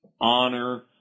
honor